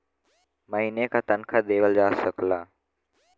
महीने का तनखा देवल जा सकला